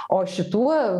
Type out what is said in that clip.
o šituo